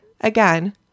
again